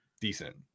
decent